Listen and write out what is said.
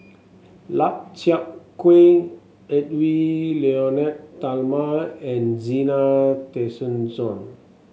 Lau Chiap Khai Edwy Lyonet Talma and Zena Tessensohn